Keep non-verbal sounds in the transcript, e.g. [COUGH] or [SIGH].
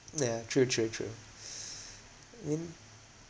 ya true true true [BREATH] I mean